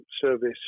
service